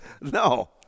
no